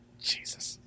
Jesus